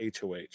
hoh